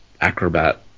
acrobat